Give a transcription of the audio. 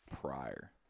prior